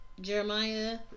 Jeremiah